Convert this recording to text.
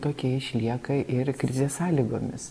tokia išlieka ir krizės sąlygomis